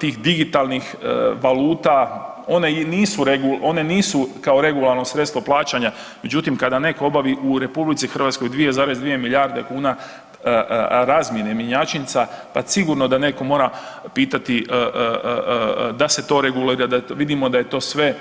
tih digitalnih valuta, one nisu kao regularno sredstvo plaćanja, međutim, kada netko obavi u RH 2,2 milijarde kuna razmjene, mjenjačnica, pa sigurno da netko mora pitati da se to ... vidimo da je to sve